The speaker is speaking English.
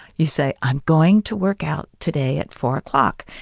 you say, i'm going to work out today at four o'clock.